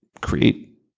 create